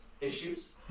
issues